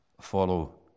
follow